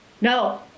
No